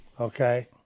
okay